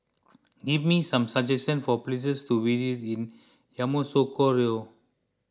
give me some suggestions for places to visit in Yamoussoukro